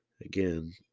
Again